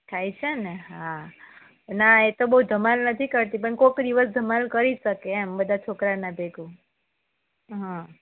થાય છે ને હા ના એતો બહુ ધમાલ નથી કરતી પણ કોઈક દિવસ ધમાલ કરી શકે એમ બધા છોકરાંના ભેગું હા